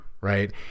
right